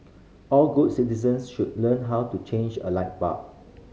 all good citizens should learn how to change a light bulb